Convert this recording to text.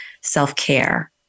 self-care